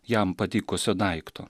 jam patikusio daikto